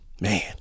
Man